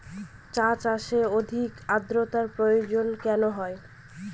চা চাষে অধিক আদ্রর্তার প্রয়োজন কেন হয়?